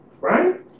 Right